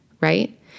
right